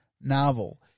novel